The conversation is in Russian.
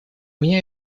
меня